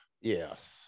Yes